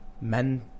men